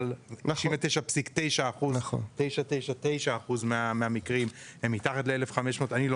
אבל 99.999% מהמקרים הם מתחת ל-1.500 ₪; אני לא